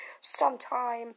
sometime